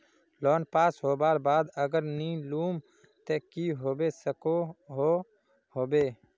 Loan पास होबार बाद अगर नी लुम ते की होबे सकोहो होबे?